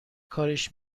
کاریش